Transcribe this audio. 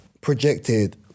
projected